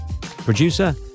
producer